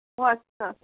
ও আচ্ছা